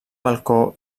balcó